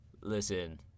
listen